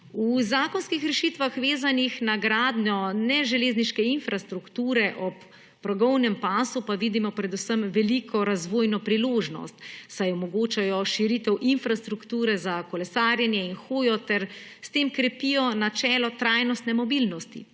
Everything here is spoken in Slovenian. V zakonskih rešitvah, vezanih na gradnjo neželezniške infrastrukture ob progovnem pasu, pa vidimo predvsem veliko razvojno priložnost, saj omogočajo širitev infrastrukture za kolesarjenje in hojo ter s tem krepijo načelo trajnostne mobilnosti.